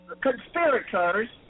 conspirators